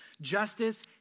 justice